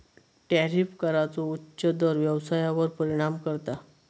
tariff कराचो उच्च दर व्यवसायावर परिणाम करता